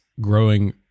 growing